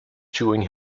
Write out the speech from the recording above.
chewing